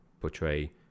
portray